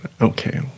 okay